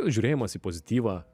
žiūrėjimas į pozityvą